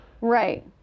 Right